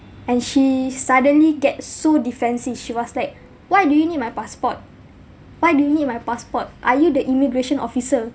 and she suddenly get so defensive she was like why do you need my passport why do you need my passport are you the immigration officer